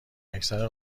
اکثر